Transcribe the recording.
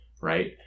right